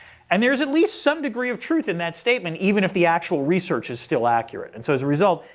and there is at least some degree of truth in that statement, even if the actual research is still accurate. and so as a result,